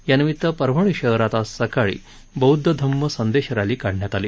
यानिमित परभणी शहरात आज सकाळी बौदध धम्म संदेश रॅली काढण्यात आली